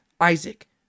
isaac